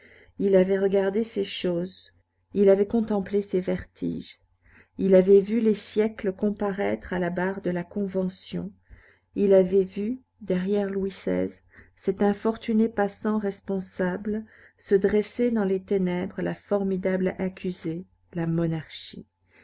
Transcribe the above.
il avait regardé ces choses il avait contemplé ces vertiges il avait vu les siècles comparaître à la barre de la convention il avait vu derrière louis xvi cet infortuné passant responsable se dresser dans les ténèbres la formidable accusée la monarchie